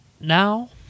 now